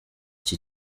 iki